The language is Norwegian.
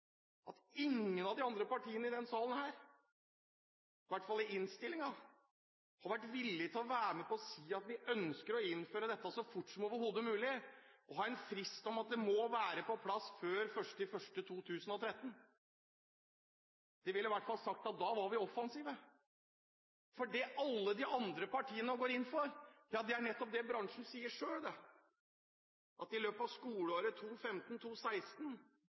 at ingen av de andre partiene i denne salen – i hvert fall ikke i innstillingen – har vært villige til å være med på å si at de ønsker å innføre dette så fort som overhodet mulig, å ha en frist om at det må være på plass før 1. januar 2013. Det ville i hvert fall si at da var vi offensive. Det alle de andre partiene nå går inn for, er nettopp det bransjen selv sier, at i løpet av skoleåret